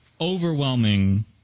overwhelming